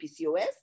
PCOS